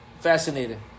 Fascinating